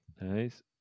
Nice